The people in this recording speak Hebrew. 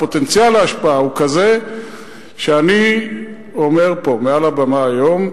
פוטנציאל ההשפעה הוא כזה שאני אומר פה מעל הבמה היום,